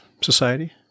society